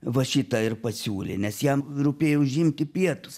va šitą ir pasiūlė nes jam rūpėjo užimti pietus